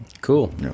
Cool